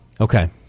okay